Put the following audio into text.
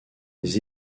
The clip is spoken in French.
des